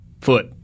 Foot